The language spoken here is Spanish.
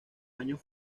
años